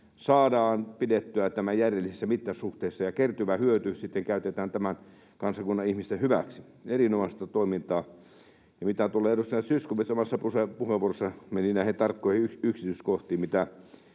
saadaan pidettyä tämä järjellisissä mittasuhteissa ja kertyvä hyöty sitten käytetään tämän kansakunnan ihmisten hyväksi. Erinomaista toimintaa. Edustaja Zyskowicz omassa puheenvuorossaan meni näihin tarkkoihin yksityiskohtiin,